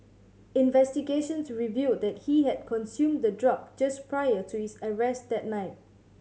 investigations revealed that he had consumed the drug just prior to his arrest that night